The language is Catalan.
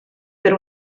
per